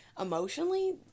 emotionally